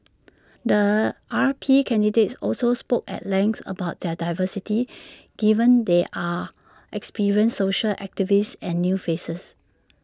the R P candidates also spoke at length about their diversity given there are experienced social activists and new faces